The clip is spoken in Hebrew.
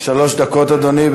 שלוש דקות, אדוני.